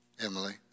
Emily